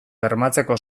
bermatzeko